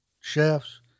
chefs